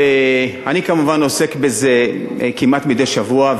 ואני כמובן עוסק בזה כמעט מדי שבוע,